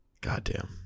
goddamn